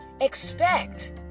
expect